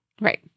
Right